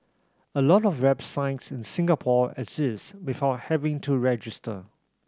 a lot of websites in Singapore exist without having to register